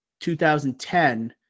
2010